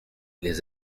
les